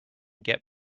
get